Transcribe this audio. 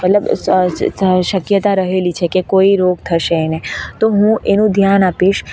મતલબ શક્યતા રહેલી છે કે કોઈ રોગ થશે એને તો હું એનું ધ્યાન આપીશ